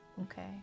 Okay